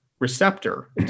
receptor